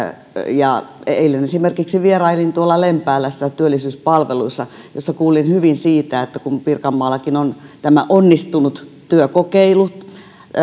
eilen esimerkiksi vierailin lempäälässä työllisyyspalveluissa missä kuulin hyvin siitä että kun pirkanmaallakin on tämä onnistunut työkokeilu